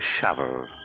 shovel